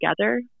together